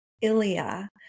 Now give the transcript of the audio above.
Ilya